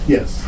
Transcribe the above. Yes